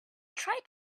try